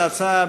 ההצעה,